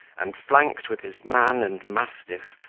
and, flanked with his man and mastiff,